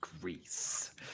greece